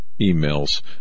emails